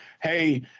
Hey